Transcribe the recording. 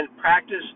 practice